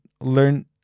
learn